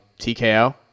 TKO